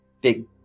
big